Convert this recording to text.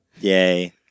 yay